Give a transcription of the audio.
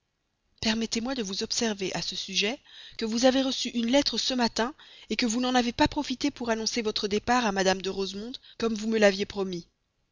permettez-moi de vous observer à ce sujet que vous avez reçu une lettre ce matin que vous n'en avez pas profité pour annoncer votre départ à mme de rosemonde comme vous me l'aviez promis